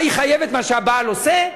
מה, היא חייבת במה שהבעל עושה?